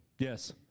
Yes